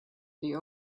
the